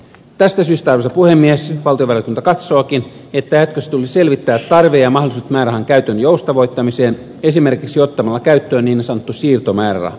tästä syystä arvoisa puhemies valtiovarainvaliokunta katsookin että jatkossa tulisi selvittää tarve ja mahdollisuudet määrärahan käytön joustavoittamiseen esimerkiksi ottamalla käyttöön niin sanottu siirtomääräraha